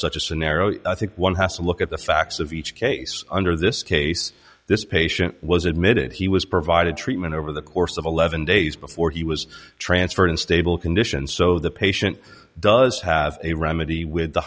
such a scenario i think one has to look at the facts of each case under this case this patient was admitted he was provided treatment over the course of eleven days before he was transferred in stable condition so the patient does have a remedy with the